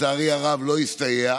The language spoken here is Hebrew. לצערי הרב, זה לא הסתייע,